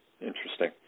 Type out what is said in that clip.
Interesting